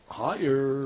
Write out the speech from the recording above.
higher